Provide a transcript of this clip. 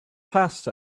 passed